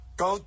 go